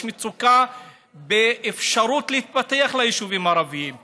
יש מצוקה באפשרות של יישובים ערביים להתפתח,